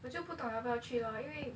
我就不懂要不要去 lor 因为